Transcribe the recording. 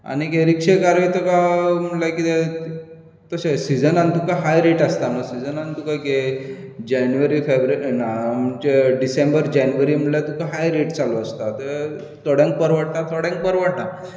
आनी हे रिक्शेकारूय तुका लायक कितें तशें सिझनाक तुका हाय रेट आसता नू सिझनाक तुका जानवेरी फेब्रुवारी ना म्हणचे डिसेंबर जानवेरी म्हटल्यार तुका हाय रेट्स चालू आसता द थोड्यांक परवडटा थोड्यांक परवडना